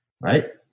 Right